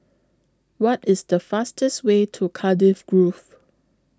What IS The fastest Way to Cardiff Grove